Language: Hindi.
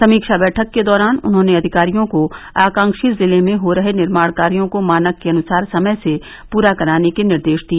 समीक्षा बैठक के दौरान उन्होंने अधिकारियों को आकांक्षी जिले में हो रहे निर्माण कार्य को मानक के अनुसार समय से पूरा कराने के निर्देश दिए